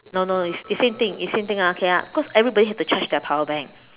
no no is same thing is same thing ah okay ah cause everybody has to charge their power bank